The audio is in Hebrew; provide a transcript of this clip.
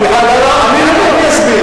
סליחה, אני חוזר בי.